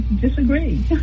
disagree